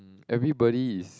everybody is